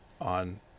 on